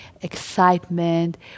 excitement